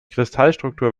kristallstruktur